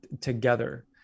together